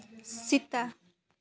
ᱥᱮᱛᱟ